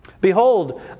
Behold